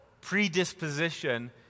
predisposition